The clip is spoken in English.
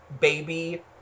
baby